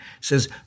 says